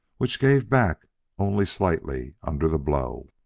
which gave back only slightly under the blow.